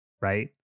right